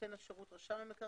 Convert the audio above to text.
נותן השירות הוא רשם המקרקעין.